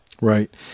Right